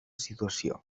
situació